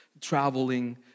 Traveling